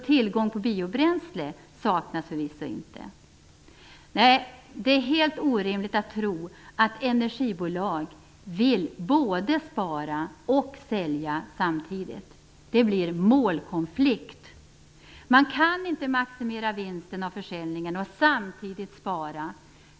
Tillgång på biobränsle saknas för visso inte! Nej, det är helt orimligt att tro att energibolag vill både spara och sälja samtidigt. Det blir målkonflikt. Man kan inte maximera vinsten av försäljningen och samtidigt spara.